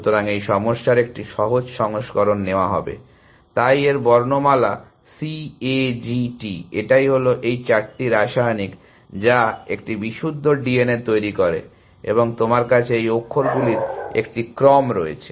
সুতরাং এই সমস্যার একটি সহজ সংস্করণ নেওয়া হবে তাই এর বর্ণমালা হল C A G T এটাই হলো এই চারটি রাসায়নিক যা একটি বিশুদ্ধ D N A তৈরি করে এবং তোমার কাছে এই অক্ষরগুলির একটি ক্রম রয়েছে